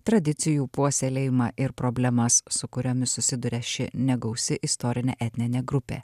tradicijų puoselėjimą ir problemas su kuriomis susiduria ši negausi istorinė etninė grupė